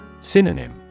Synonym